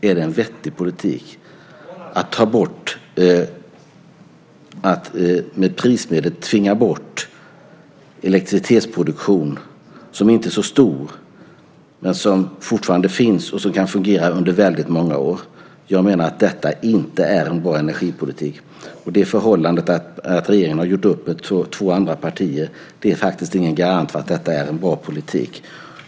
Är det en vettig politik att med prismedel tvinga bort elektricitetsproduktion som inte är så stor men som fortfarande finns och kan fungera under väldigt många år? Jag menar att det inte är en bra energipolitik. Det förhållandet att regeringen har gjort upp med två andra partier är ingen garanti för att det är en bra politik.